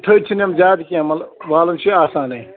تھٔدۍ چھِنہٕ یِم زیادٕ کیٚنٛہہ مطلب والٕنۍ چھِ یِم آسانٕے